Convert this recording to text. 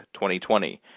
2020